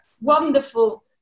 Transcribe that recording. wonderful